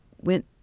went